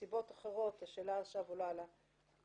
מסיבות אחרות, השאלה עכשיו עולה לדיון,